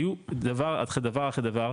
היו דבר אחרי דבר אחרי דבר.